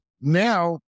now